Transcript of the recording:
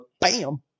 Bam